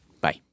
Bye